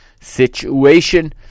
situation